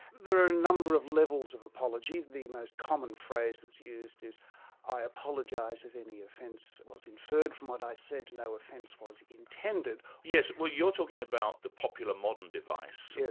there are a number of levels of apology the most common phrase that's used is i apologise if any offence was inferred from what i said, no offence was intended'. yes but you're talking about the popular modern device,